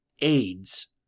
aids